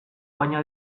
baina